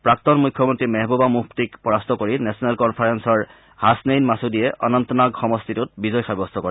প্ৰাক্তন মুখ্যমন্ত্ৰী মেহবুবা মুফটিক পৰাস্ত কৰি নেচনেল কনফাৰেঞৰ হাছনেইন মাছুদিয়ে অনন্তনাগ সমষ্টিটোত বিজয় সাব্যস্ত কৰে